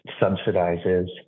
subsidizes